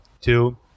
two